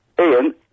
Ian